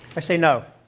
i say no.